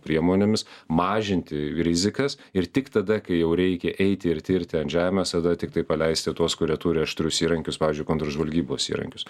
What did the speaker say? priemonėmis mažinti rizikas ir tik tada kai jau reikia eiti ir tirti ant žemės tada tiktai paleisti tuos kurie turi aštrius įrankius pavyzdžiui kontržvalgybos įrankius